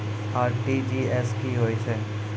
RTGS की होय छै?